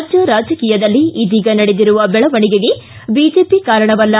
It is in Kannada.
ರಾಜ್ಯ ರಾಜಕೀಯದಲ್ಲಿ ಇದೀಗ ನಡೆದಿರುವ ಬೆಳವಣಿಗೆಗೆ ಬಿಜೆಪಿ ಕಾರಣವಲ್ಲ